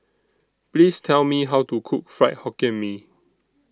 Please Tell Me How to Cook Fried Hokkien Mee